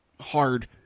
hard